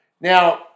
Now